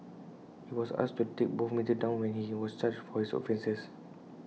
he was asked to take both materials down when he was charged for his offences